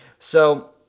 so,